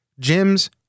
Gyms